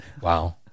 Wow